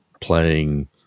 playing